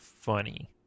funny